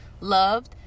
loved